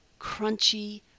crunchy